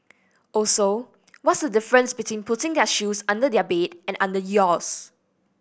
also what's the difference between putting their shoes under their bed and under yours